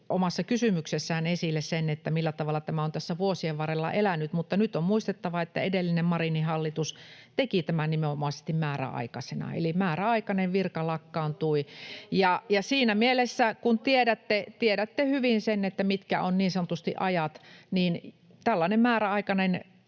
omassa kysymyksessään esille sen, millä tavalla tämä on tässä vuosien varrella elänyt. Mutta nyt on muistettava, että edellinen hallitus, Marinin hallitus, teki tämän nimenomaisesti määräaikaisena, eli määräaikainen virka lakkaantui, ja siinä mielessä, kun tiedätte hyvin sen, mitkä ovat niin sanotusti ajat, tällainen määräaikainen